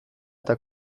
eta